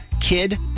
kid